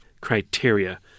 criteria